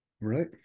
Right